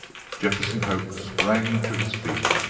jefferson hope sprang to his feet,